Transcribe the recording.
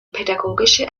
pädagogische